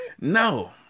No